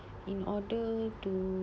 in order to~